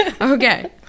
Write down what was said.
Okay